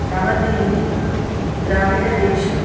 नवदिल्लिः द्राविडदेशम्